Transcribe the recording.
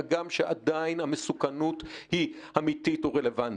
הגם שעדיין המסוכנות היא אמיתית ורלוונטית.